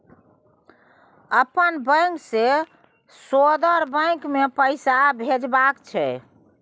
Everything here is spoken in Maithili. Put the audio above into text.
अपन बैंक से दोसर बैंक मे पैसा भेजबाक छै?